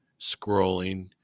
scrolling